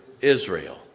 Israel